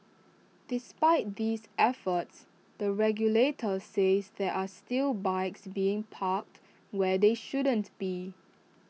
despite these efforts the regulator says there are still bikes being parked where they shouldn't be